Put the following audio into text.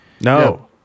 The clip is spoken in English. No